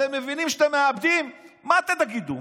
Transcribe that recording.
אתם מבינים שאתם מאבדים, מה אתם תגידו?